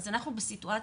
אז אנחנו בסיטואציה,